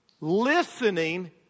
Listening